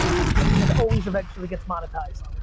attention always eventually gets monetized.